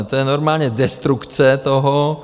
To je normálně destrukce toho!